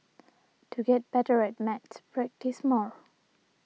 to get better at maths practise more